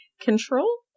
control